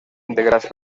integrats